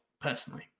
personally